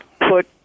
put